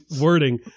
wording